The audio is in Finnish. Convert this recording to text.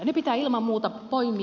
ne pitää ilman muuta poimia